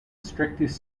strictest